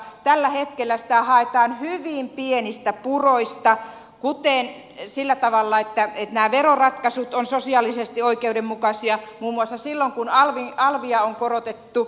tällä hetkellä sitä haetaan hyvin pienistä puroista kuten sillä tavalla että nämä veroratkaisut ovat sosiaalisesti oikeudenmukaisia munuaisensiirron cunardin talvia on korotettu